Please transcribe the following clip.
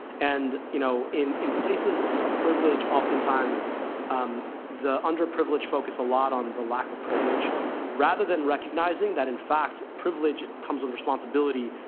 and, you know, in in places of privilege oftentimes the underprivileged focus a lot on the lack of privilege rather than recognizing that, in fact, privilege comes with responsibility.